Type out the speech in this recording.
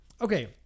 Okay